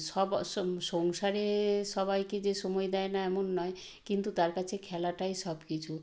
সব সংসারে সবাইকে যে সময় দেয় না এমন নয় কিন্তু তার কাছে খেলাটাই সব কিছু